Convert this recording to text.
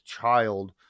child